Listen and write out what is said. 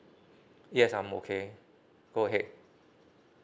yes I'm okay go ahead